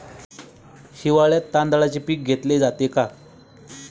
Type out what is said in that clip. हिवाळ्यात तांदळाचे पीक घेतले जाते का?